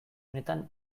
unetan